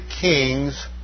kings